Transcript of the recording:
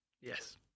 yes